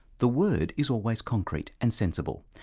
the word is always concrete and sensible,